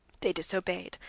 they disobeyed,